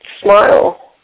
smile